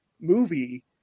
movie